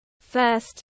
First